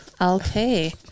Okay